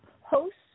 hosts